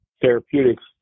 therapeutics